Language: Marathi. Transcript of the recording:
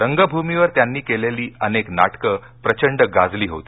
रंगभुमीवर त्यांनी केलेली अनेक नाटकं प्रचंड गाजली होती